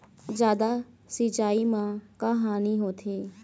जादा सिचाई म का हानी होथे?